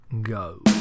go